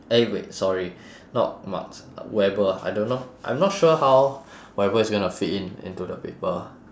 eh wait sorry not marx weber I don't know I'm not sure how weber is gonna fit in into the paper